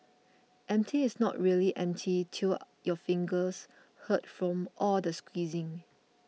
empty is not really empty till your fingers hurt from all the squeezing